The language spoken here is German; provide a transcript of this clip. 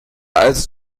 als